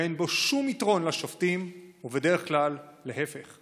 ואין בו שום יתרון לשופטים, ובדרך כלל להפך.